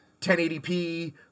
1080p